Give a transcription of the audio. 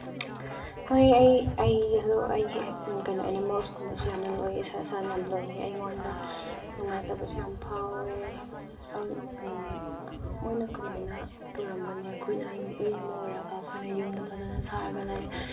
ꯍꯣꯏ ꯑꯩ ꯑꯩꯁꯨ ꯑꯩꯒꯤ ꯀꯩꯅꯣ ꯑꯦꯅꯤꯃꯜꯁꯀꯨꯝꯕꯁꯨ ꯌꯥꯝꯅ ꯂꯣꯏꯌꯦ ꯁꯥ ꯁꯟ ꯌꯥꯝꯅ ꯂꯣꯏꯌꯦ ꯑꯩꯉꯣꯟꯗ ꯅꯨꯡꯉꯥꯏꯇꯕꯁꯨ ꯌꯥꯝ ꯐꯥꯎꯋꯦ ꯃꯣꯏꯅ ꯀꯃꯥꯏꯅ ꯇꯧꯔꯝꯒꯅꯤ ꯑꯩꯈꯣꯏꯅ ꯃꯤ ꯑꯃ ꯑꯣꯏꯔꯒ ꯑꯩꯈꯣꯏꯅ ꯌꯨꯝꯗ ꯐꯖꯅ ꯁꯥꯔꯒ ꯂꯩ